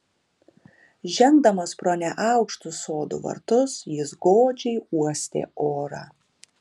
žengdamas pro neaukštus sodų vartus jis godžiai uostė orą